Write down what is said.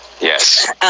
yes